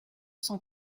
cent